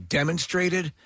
demonstrated